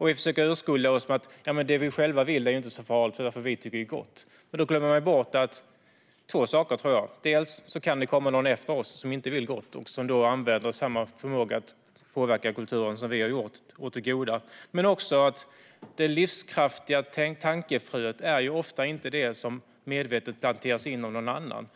Vi försöker urskulda oss: Ja, men det vi själva vill är inte så farligt, för vi tycker att det är gott. Men då glömmer man bort två saker, tror jag. Det kan komma någon efter oss som inte vill gott och som då använder den förmåga att påverka kulturen som vi har använt åt det goda. Men det handlar också om att det livskraftiga tankefröet ofta inte är det som medvetet planteras in av någon annan.